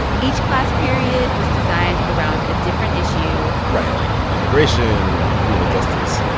each class period was designed around a different issue right, like immigration, criminal justice,